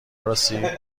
رسید